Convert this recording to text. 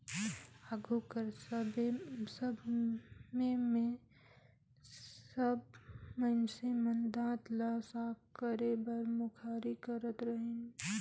आघु कर समे मे सब मइनसे मन दात ल साफ करे बर मुखारी करत रहिन